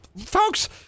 Folks